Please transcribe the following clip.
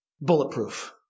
bulletproof